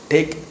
Take